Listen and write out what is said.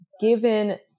given